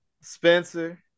Spencer